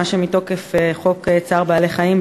מה שמתוקף חוק צער בעלי-חיים,